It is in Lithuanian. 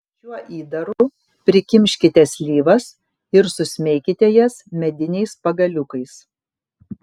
šiuo įdaru prikimškite slyvas ir susmeikite jas mediniais pagaliukais